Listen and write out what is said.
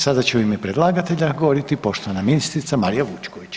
Sada će u ime predlagatelja govoriti poštovana ministrica Marija Vučković.